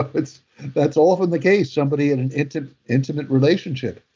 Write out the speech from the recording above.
ah that's that's often the case. somebody in an intimate intimate relationship.